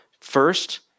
first